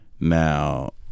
Now